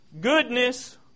goodness